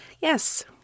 Yes